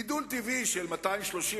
גידול טבעי של 230,